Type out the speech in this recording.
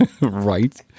Right